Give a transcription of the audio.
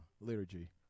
liturgy